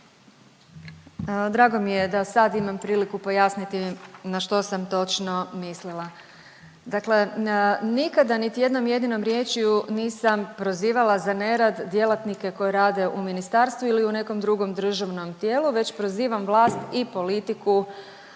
Drago mi je da sad imam priliku pojasniti na što sam točno mislila. Dakle, nikada niti jednom jedinom riječju nisam prozivala za nerad djelatnike koji rade u ministarstvu ili u nekom drugom državnom tijelu već prozivam vlast i politiku